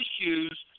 issues